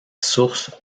source